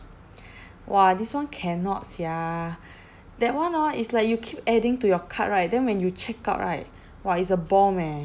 !wah! this one cannot sia that one hor it's like you keep adding to your cart right then when you check out right !wah! it's a bomb eh